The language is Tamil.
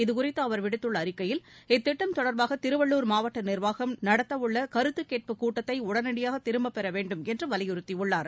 இதுகுறித்து அவர் விடுத்துள்ள அறிக்கையில் இத்திட்டம் தொடர்பாக திருவள்ளூர் மாவட்ட நிர்வாகம் நடத்த உள்ள கருத்துக்கேட்புக் கூட்டத்தை உடனடியாக திரும்பப்பெற வேண்டும் என்று வலியுறுத்தியுள்ளார்